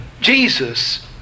Jesus